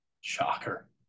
Shocker